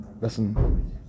listen